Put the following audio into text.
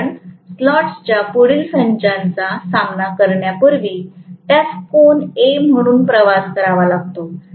कारण स्लॉट्सच्या पुढील संचाचा सामना करण्यापूर्वी त्यास कोन ए म्हणून प्रवास करावा लागतो